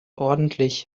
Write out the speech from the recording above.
ordentlich